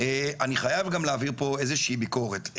אני חייב גם להעביר פה איזו שהיא ביקורת.